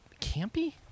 campy